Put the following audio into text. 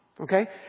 Okay